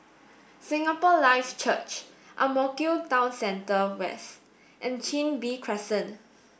Singapore Life Church Ang Mo Kio Town Center West and Chin Bee Crescent